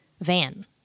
van